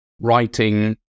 writing